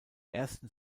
ersten